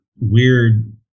weird